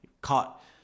caught